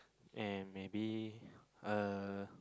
and maybe uh